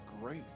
great